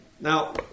Now